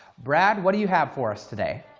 brad what do you have for us today?